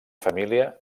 família